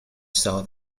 saw